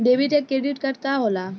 Debit या credit card का होला?